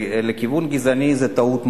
לכיוון גזעני, זו טעות מכרעת.